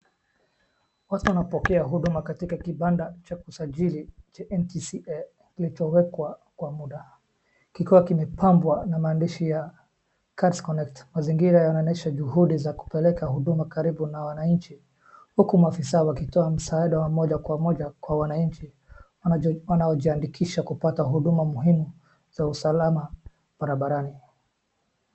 Watu wanapokea huduma katika kibanda cha kusajili cha NTSA kilichowekwa kwa muda kikiwa kimepabwa na maandishi ya cast connect mazingira yanaonyesha juhudi za kupeleka huduma karibu na wananchi huku maofisaa wakitoa msaada wa moja kwa moja kwa wananchi wanajiandikisha kupata huduma muhimu za usalama barabarani.